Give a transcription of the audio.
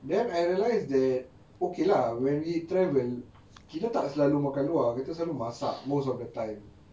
then I realize that okay lah when travel kita tak selalu makan luar kita selalu masak most of the time